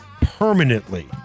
permanently